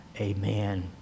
amen